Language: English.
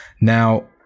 Now